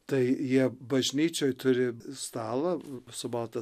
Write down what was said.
tai jie bažnyčioj turi stalą su balta